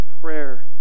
prayer